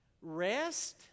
Rest